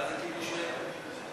מה זה כיבוש נטו?